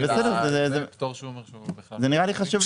זה בסדר, זה נראה לי חשוב לבחון את זה.